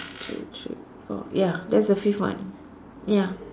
two three four ya that's the fifth one ya